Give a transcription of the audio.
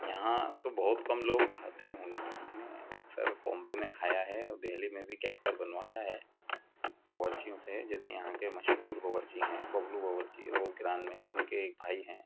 یہاں تو بہت کم لوگ کھاتے ہوں گے میں نے اکثر بومبے میں کھایا ہے اور دہلی میں بھی کہہ کر بنوایا ہے باورچیوں سے جیسے یہاں کے مشہور باورچی ہیں ببلو باورچی روزگران میں ان کے ایک بھائی ہیں